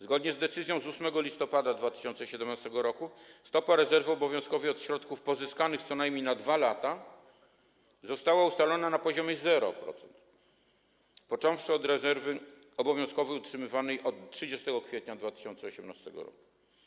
Zgodnie z decyzją z 8 listopada 2017 r. stopa rezerwy obowiązkowej od środków pozyskanych co najmniej na 2 lata została ustalona na poziomie 0%, począwszy od rezerwy obowiązkowej utrzymywanej od 30 kwietnia 2018 r.